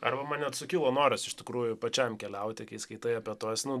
arba man net sukilo noras iš tikrųjų pačiam keliauti kai skaitai apie tuos nu